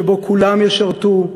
שבו כולם ישרתו,